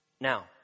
Now